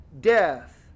death